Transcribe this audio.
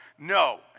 No